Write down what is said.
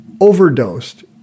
overdosed